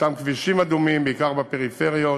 אותם כבישים אדומים, בעיקר בפריפריות,